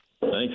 Thanks